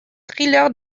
thriller